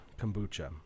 kombucha